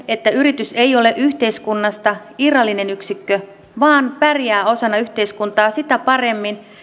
että yritys ei ole yhteiskunnasta irrallinen yksikkö vaan pärjää osana yhteiskuntaa sitä paremmin